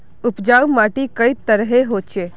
उपजाऊ माटी कई तरहेर होचए?